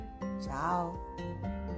Ciao